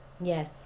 yes